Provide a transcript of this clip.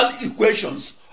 equations